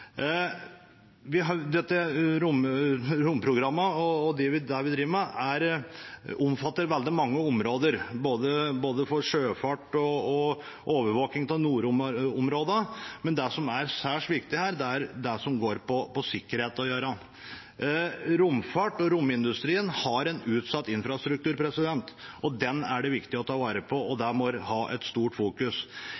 og det vi driver med, omfatter veldig mange områder, for både sjøfart og overvåking av nordområdene, men det som er særs viktig, er det som har med sikkerhet å gjøre. Romfart og romindustri har en utsatt infrastruktur. Den er det viktig å ta vare på, og det bør være i fokus. Én ting er at mange av de